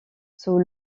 sous